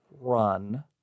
Run